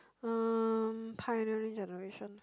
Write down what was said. um pioneering generation